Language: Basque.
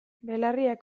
belarriak